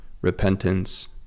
repentance